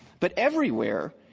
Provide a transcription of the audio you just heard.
but everywhere,